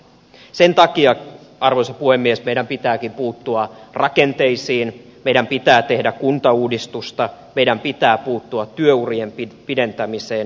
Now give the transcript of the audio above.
sen takia arvoisa puhemies meidän pitääkin puuttua rakenteisiin meidän pitää tehdä kuntauudistusta meidän pitää puuttua työurien pidentämiseen